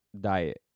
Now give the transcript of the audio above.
diet